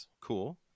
cool